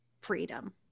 freedom